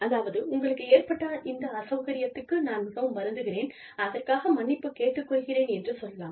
அதாவது உங்களுக்கு ஏற்பட்ட இந்த அசௌகரியத்திற்கு நான் மிகவும் வருந்துகிறேன் அதற்காக மன்னிப்பு கேட்டுக் கொள்கிறேன் என்று சொல்லலாம்